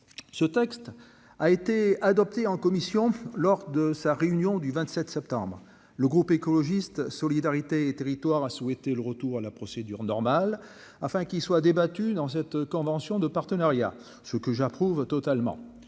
ce texte. A été adopté en commission lors de sa réunion du 27 septembre le groupe écologiste solidarité Thierry. A souhaité le retour à la procédure normale afin qu'il soit débattu dans cette convention de partenariat, ce que j'approuve totalement,